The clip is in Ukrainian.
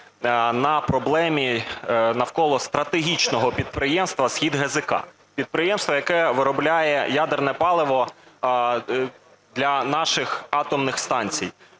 на проблемі навколо стратегічного підприємства "СхідГЗК". Підприємство, яке виробляє ядерне паливо для наших атомних станцій.